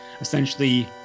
essentially